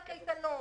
של הקייטנות,